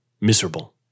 miserable